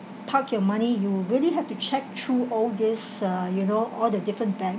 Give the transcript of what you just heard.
park your money you really have to check through all this uh you know all the different bank